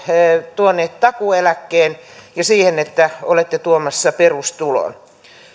tuoneet takuueläkkeen ja siihen että olette tuomassa perustulon